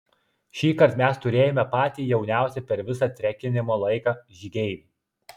šįkart mes turėjome patį jauniausią per visą trekinimo laiką žygeivį